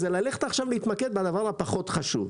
זה ללכת ולהתמקד בדבר הפחות חשוב.